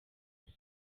bati